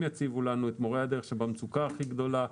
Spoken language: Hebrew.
יציבו לנו את מורי הדרך שבמצוקה הכי גדולה.